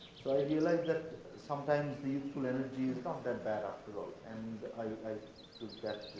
so i realized that sometimes the youthful energy is not that bad after all. and i took that